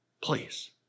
please